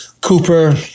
Cooper